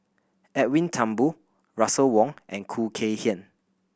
Edwin Thumboo Russel Wong and Khoo Kay Hian